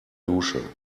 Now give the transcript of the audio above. dusche